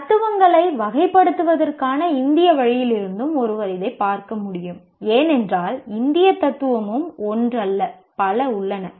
தத்துவங்களை வகைப்படுத்துவதற்கான இந்திய வழியிலிருந்தும் ஒருவர் இதைப் பார்க்க முடியும் ஏனென்றால் இந்திய தத்துவமும் ஒன்றல்ல பல உள்ளன